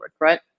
right